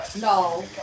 No